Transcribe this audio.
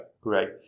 Great